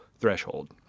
threshold